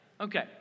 Okay